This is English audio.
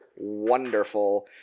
wonderful